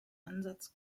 ansatz